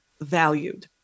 valued